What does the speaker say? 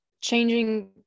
changing